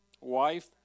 wife